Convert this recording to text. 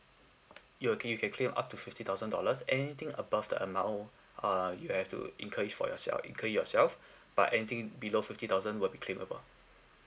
you agree you can claim up to fifty thousand dollars anything above the amount uh you have to incur it for yourself incur it yourself but anything below fifty thousand will be claimable